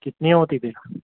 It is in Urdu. کتنی ہوتی تھی